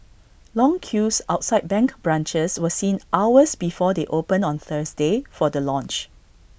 long queues outside bank branches were seen hours before they opened on Thursday for the launch